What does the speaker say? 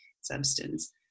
substance